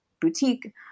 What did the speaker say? boutique